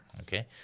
okay